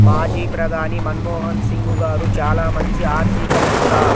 మాజీ ప్రధాని మన్మోహన్ సింగ్ గారు చాలా మంచి ఆర్థికవేత్త